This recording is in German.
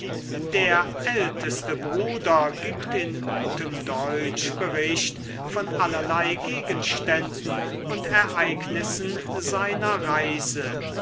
der älteste bruder gibt in gutem deutsch bericht von allerlei gegenständen und ereignissen seiner reise